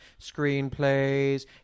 screenplays